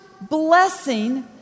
blessing